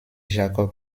jacob